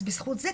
אז בזכות זה,